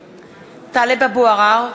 (קוראת בשמות חברי הכנסת) טלב אבו עראר,